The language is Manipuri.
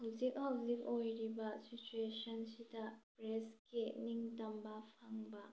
ꯍꯧꯖꯤꯛ ꯍꯧꯖꯤꯛ ꯑꯣꯏꯔꯤꯕ ꯁꯤꯆꯨꯌꯦꯁꯟꯁꯤꯗ ꯄ꯭ꯔꯦꯁꯀꯤ ꯅꯤꯡꯇꯝꯕ ꯐꯪꯕ